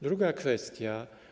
Druga kwestia.